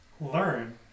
learn